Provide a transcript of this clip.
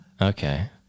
Okay